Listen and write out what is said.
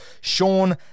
Sean